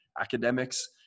academics